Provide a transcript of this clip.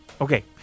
Okay